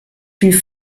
viel